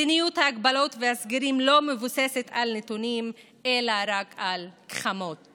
מדיניות ההגבלות והסגרים לא מבוססת על נתונים אלא רק על גחמות.